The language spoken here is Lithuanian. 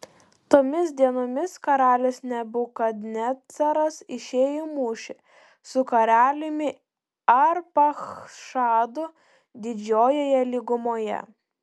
tomis dienomis karalius nebukadnecaras išėjo į mūšį su karaliumi arpachšadu didžiojoje lygumoje